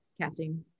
casting